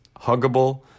huggable